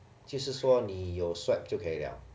就是说你有 swab 就可以 liao